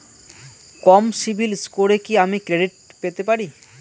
কম CIBIL স্কোরে কি আমি ক্রেডিট পেতে পারি?